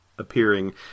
appearing